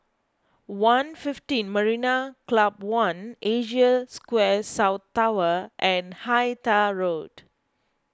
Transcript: one fifteen Marina Club one Asia Square South Tower and Hythe Roads S Sarma